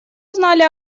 узнали